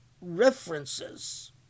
references